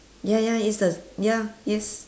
ya ya is the ya yes